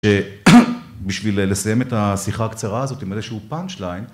בשביל לסיים את השיחה הקצרה הזאת עם איזשהו פאנץ' ליין...